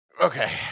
okay